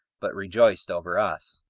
but rejoiced over us,